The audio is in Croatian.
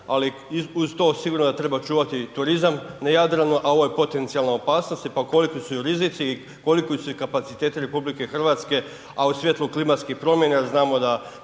Ali uz to sigurno da treba čuvati turizam na Jadranu, a ovo je potencijalna opasnost. Pa koliki su rizici i koliki su kapaciteti Republike Hrvatske, a u svjetlu klimatskih promjena, jer znamo da